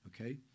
okay